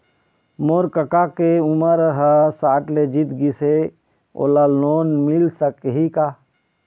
मोर कका के उमर ह साठ ले जीत गिस हे, ओला लोन मिल सकही का?